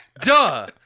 Duh